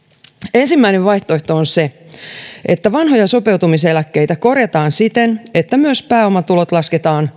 ensimmäinen vaihtoehto on se että vanhoja sopeutumiseläkkeitä korjataan siten että myös pääomatulot lasketaan